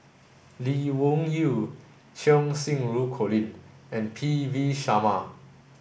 Lee Wung Yew Cheng Xinru Colin and P V Sharma